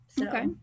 Okay